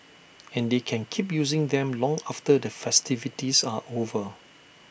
and they can keep using them long after the festivities are over